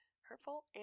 Hurtful